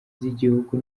z’igihugu